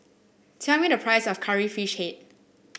tell me the price of Curry Fish Head